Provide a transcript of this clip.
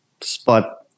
spot